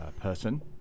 person